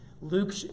Luke